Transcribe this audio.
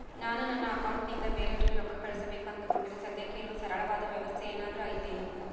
ನಾನು ನನ್ನ ಅಕೌಂಟನಿಂದ ಬೇರೆಯವರಿಗೆ ರೊಕ್ಕ ಕಳುಸಬೇಕು ಅಂದುಕೊಂಡರೆ ಸದ್ಯಕ್ಕೆ ಇರುವ ಸರಳವಾದ ವ್ಯವಸ್ಥೆ ಏನಾದರೂ ಐತೇನು?